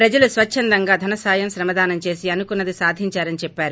ప్రజలు స్వచ్చందంగా ధనసాయం శ్రమదానం చేసి అనుకున్న ది సాధించారని చెప్పారు